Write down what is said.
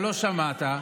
ולא שמעת,